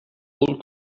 whole